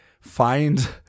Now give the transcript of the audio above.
Find